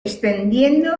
extendiendo